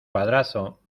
padrazo